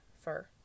fur